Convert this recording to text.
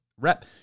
rep